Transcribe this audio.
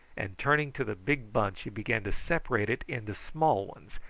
and turning to the big bunch he began to separate it into small ones,